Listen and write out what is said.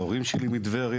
ההורים שלי מטבריה.